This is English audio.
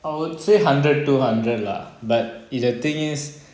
I would say hundred two hundred lah but the thing is